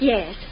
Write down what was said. Yes